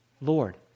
Lord